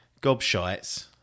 gobshites